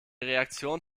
reaktion